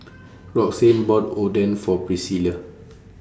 Roxane bought Oden For Priscilla